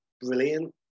brilliant